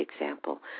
example